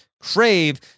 crave